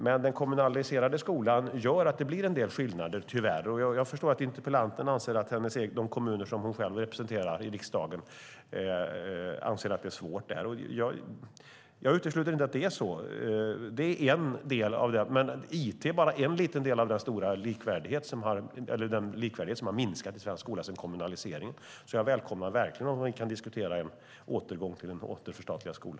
Men den kommunaliserade skolan gör tyvärr att det blir en del skillnader. Jag förstår att interpellanten anser att det är svårt för de kommuner som hon själv representerar i riksdagen. Jag utesluter inte att det är så. Men it är bara en liten del när det gäller att likvärdigheten har minskat i svensk skola sedan kommunaliseringen. Jag välkomnar därför verkligen att vi kan diskutera en återgång till en statlig skola.